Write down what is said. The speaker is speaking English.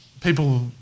people